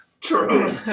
True